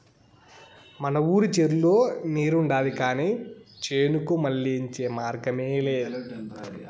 మనూరి చెర్లో నీరుండాది కానీ చేనుకు మళ్ళించే మార్గమేలే